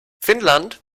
finnland